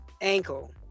ankle